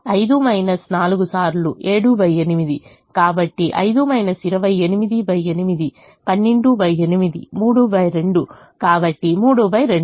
5 4 సార్లు 78 కాబట్టి 5 288 128 32 కాబట్టి 3 2